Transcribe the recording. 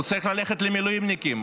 הוא צריך ללכת למילואימניקים,